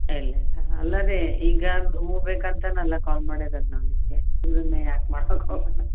ಇಲ್ಲ ಇಲ್ಲ ಅಲ್ಲ ರೀ ಈಗ ಹೂ ಬೇಕಂತನಲ್ಲ ಕಾಲ್ ಮಾಡಿರೋದ್ ನಾನು ನಿಮಗೆ ಸುಮ್ಮಸುಮ್ಮನೆ ಯಾಕೆ ಮಾಡಕ್ಕೆ ಹೋಗೋಣ